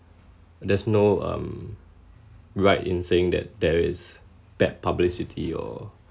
there's no um right in saying that there is bad publicity or